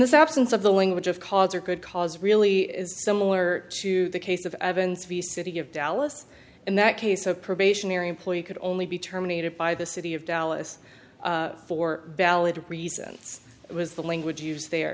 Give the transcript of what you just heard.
this absence of the language of cause or good cause really is similar to the case of evans vs city of dallas in that case a probationary employee could only be terminated by the city of dallas for valid reasons it was the language used the